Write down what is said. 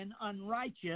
unrighteous